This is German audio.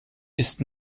ist